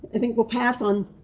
i think we'll pass on